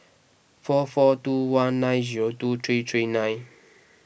four four two one nine zero two three three nine